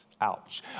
Ouch